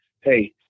Hey